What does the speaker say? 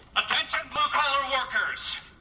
attention blue collar yeah workers!